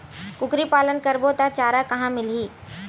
कुकरी पालन करबो त चारा कहां मिलही?